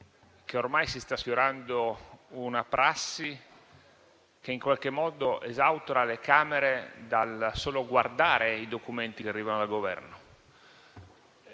che ormai si sta sfiorando una prassi che in qualche modo esautora le Camere, che possono solo guardare i documenti che arrivano dal Governo.